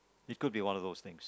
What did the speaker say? it could be one of those things